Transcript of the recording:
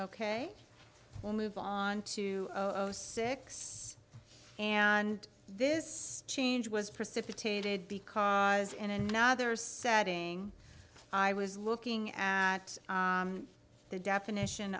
ok we'll move on to six and this change was precipitated because in another setting i was looking at the definition